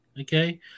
Okay